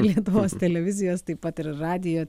lietuvos televizijos taip pat ir radijo